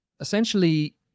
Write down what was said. essentially